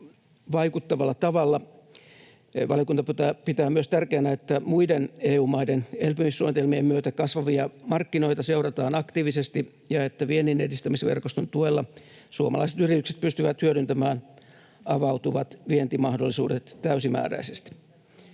vaikuttavalla tavalla. Valiokunta pitää myös tärkeänä, että muiden EU-maiden elpymissuunnitelmien myötä kasvavia markkinoita seurataan aktiivisesti ja että vienninedistämisverkoston tuella suomalaiset yritykset pystyvät hyödyntämään avautuvat vientimahdollisuudet täysimääräisesti.